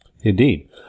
Indeed